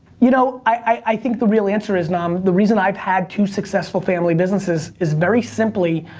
you know, i think the real answer is, nam, the reason i've had two successful family businesses, is very simply,